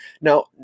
Now